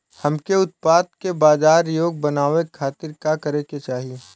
हमके उत्पाद के बाजार योग्य बनावे खातिर का करे के चाहीं?